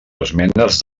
esmenes